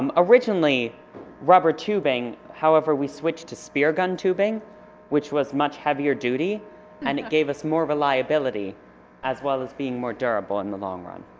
um originally rubber tubing however we switch to speargun tubing which was much heavier duty and gave us more reliability as well as being more durable in the long run